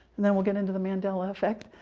and then we'll get into the mandela effect.